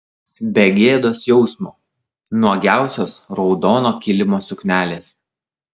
be gėdos jausmo nuogiausios raudono kilimo suknelės